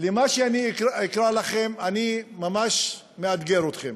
למה שאני אקרא לכם, אני ממש מאתגר אתכם: